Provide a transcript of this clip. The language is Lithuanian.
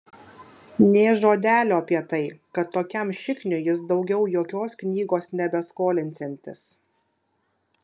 nė žodelio apie tai kad tokiam šikniui jis daugiau jokios knygos nebeskolinsiantis